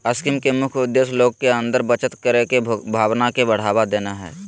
scheme के मुख्य उद्देश्य लोग के अंदर बचत करे के भावना के बढ़ावा देना हइ